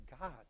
God